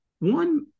one